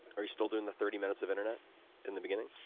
are you still doing the thirty minutes of internet in the beginning?